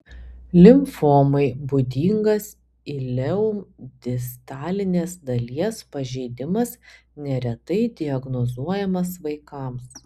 limfomai būdingas ileum distalinės dalies pažeidimas neretai diagnozuojamas vaikams